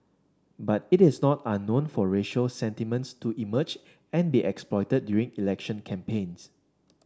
but it is not unknown for racial sentiments to emerge and be exploited during election campaigns